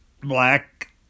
black